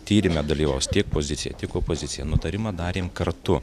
tyrime dalyvaus tiek pozicija tiek opozicija nutarimą darėm kartu